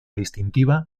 distintiva